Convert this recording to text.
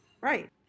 right